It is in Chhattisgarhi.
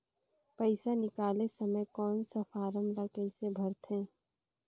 पइसा निकाले समय कौन सा फारम ला कइसे भरते?